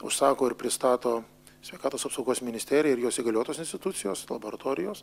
užsako ir pristato sveikatos apsaugos ministerija ir jos įgaliotos institucijos laboratorijos